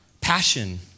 passion